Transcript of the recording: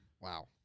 Wow